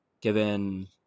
given